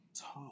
talk